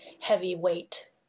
heavyweight